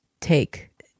take